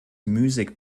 müßig